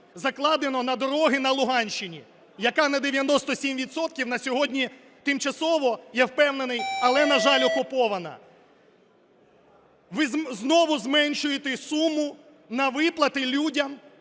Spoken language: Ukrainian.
закладено на дороги на Луганщині, яка на 97 відсотків на сьогодні тимчасово, я впевнений, але, на жаль, окупована. Ви знову зменшуєте суму на виплати людям,